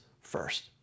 first